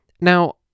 Now